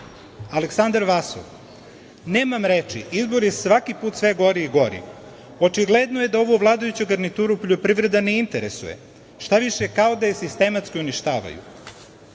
Vasov: „Nemam reči. Izbor je svaki put sve gori i gori. Očigledno je da ovu vladajuću garnituru poljoprivreda ne interesuje. Šta više, kao da je sistematski uništavaju.“Samo